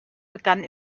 begann